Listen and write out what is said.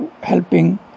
helping